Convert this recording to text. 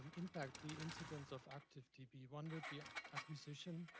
impact the incidence of active tb. one would be ah acquisition.